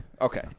Okay